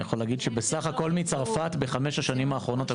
אני יכול להגיד שבסך הכל מצרפת בחמש השנים האחרונות,